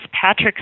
Patrick